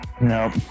Nope